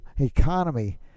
economy